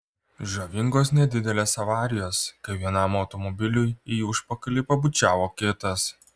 žavingos nedidelės avarijos kai vienam automobiliui į užpakalį pabučiavo kitas